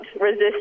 resist